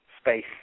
space